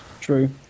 True